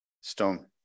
Stone